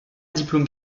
diplôme